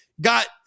got